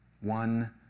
one